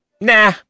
nah